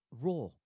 raw